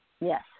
Yes